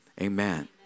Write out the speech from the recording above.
Amen